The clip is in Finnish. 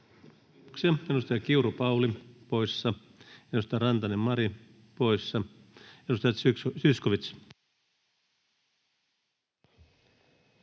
Kiitos.